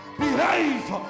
behave